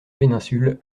péninsule